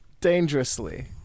dangerously